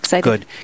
Good